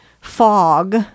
fog